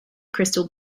crystal